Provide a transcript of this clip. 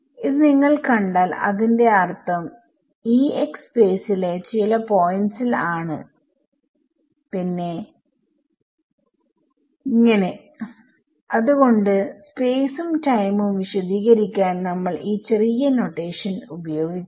ഇത് നിങ്ങൾ കണ്ടാൽ അതിന്റെ അർഥം സ്പേസിലെ ചില പോയിന്റിൽ ആണ് പിന്നെ അത്കൊണ്ട് സ്പേസ് ഉം ടൈം ഉം വിശദീകരിക്കാൻ നമ്മൾ ഈ ചെറിയ നൊട്ടേഷൻ ഉപയോഗിക്കു